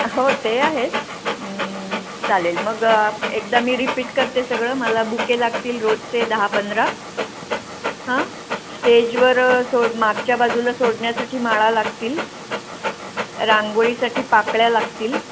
हो ते आहेच चालेल मग एकदा मी रिपीट करते सगळं मला बुके लागतील रोजचे दहा पंधरा हां स्टेजवर सोड मागच्या बाजूला सोडण्यासाठी माळा लागतील रांगोळीसाठी पाकळ्या लागतील